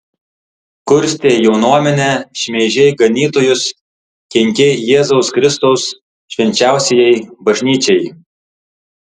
kurstei jaunuomenę šmeižei ganytojus kenkei jėzaus kristaus švenčiausiajai bažnyčiai